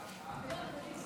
מה זה החוק הזה?